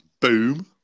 Boom